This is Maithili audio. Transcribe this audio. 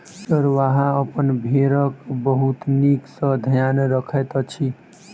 चरवाहा अपन भेड़क बहुत नीक सॅ ध्यान रखैत अछि